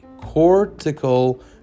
cortical